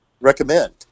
Recommend